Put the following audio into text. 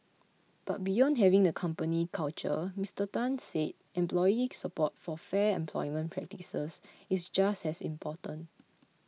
but beyond having the company culture Mister Tan said employee support for fair employment practices is just as important